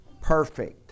perfect